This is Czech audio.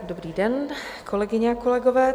Dobrý den, kolegyně, kolegové.